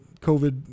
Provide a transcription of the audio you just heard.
COVID